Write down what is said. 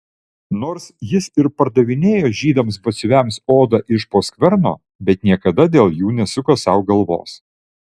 nors jis ir pardavinėjo žydams batsiuviams odą iš po skverno bet niekada dėl jų nesuko sau galvos